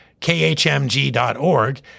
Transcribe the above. khmg.org